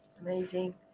Amazing